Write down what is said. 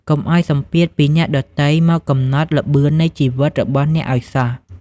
កុំឱ្យសម្ពាធពីអ្នកដទៃមកកំណត់ "ល្បឿននៃជីវិត" របស់អ្នកឱ្យសោះ។